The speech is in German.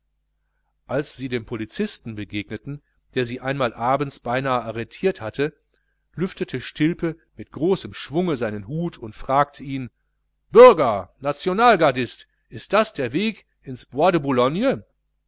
als sie dem polizisten begegneten der sie einmal abends beinahe arretiert hätte lüftete stilpe mit großem schwunge seinen hut und fragte ihn sagen sie bürger nationalgardist ist das der weg ins